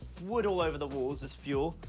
wood all over the walls as fuel.